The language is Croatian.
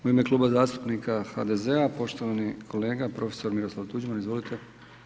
U ime Kluba zastupnika HDZ-a poštovani kolega, prof. Miroslav Tuđman, izvolite.